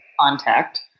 Contact